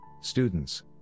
students